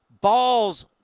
balls